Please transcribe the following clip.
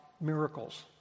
miracles